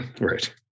Right